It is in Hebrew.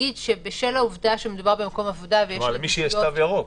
כלומר למי שיש תו ירוק.